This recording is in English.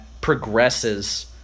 progresses